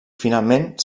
finalment